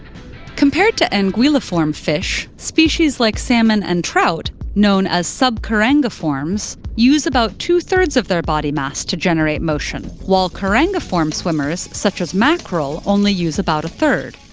compared to anguilliform fish, species like salmon and trout, known as subcarangiforms, use about two-thirds of their body mass to generate motion, while carangiform swimmers, such as mackerel, only use about a third.